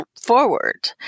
forward